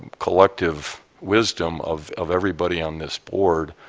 collective wisdom of of everybody on this board.